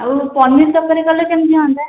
ଆଉ ପନିର ତରକାରୀ କରିଲେ କେମିତି ହୁଅନ୍ତା